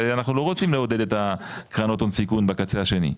ואנחנו לא רוצים לעודד את קרנות הון סיכון בקצה השני.